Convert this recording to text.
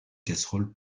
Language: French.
casseroles